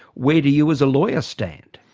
where do you as a lawyer stand?